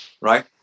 Right